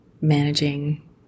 managing